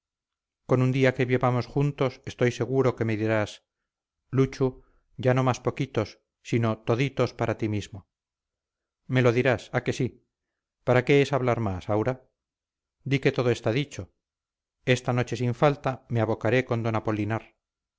con un día que vivamos juntos estoy seguro que me dirás luchu ya no más poquitos sino toditos para ti mismo me lo dirás a que sí para qué es hablar más aura di que todo está dicho esta noche sin falta me abocaré con d apolinar